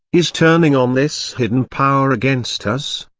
is turning on this hidden power against us?